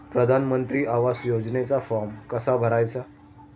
प्रधानमंत्री आवास योजनेचा फॉर्म कसा भरायचा?